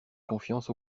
confiance